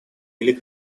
или